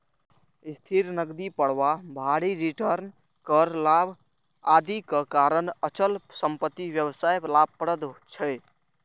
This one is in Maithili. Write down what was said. स्थिर नकदी प्रवाह, भारी रिटर्न, कर लाभ, आदिक कारण अचल संपत्ति व्यवसाय लाभप्रद छै